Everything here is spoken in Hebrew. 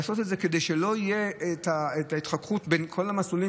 לעשות את זה כדי שלא תהיה התחככות בין כל המסלולים,